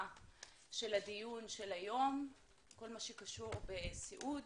של הדיון של היום - כל מה שקשור בסיעוד,